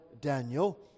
Daniel